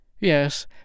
Yes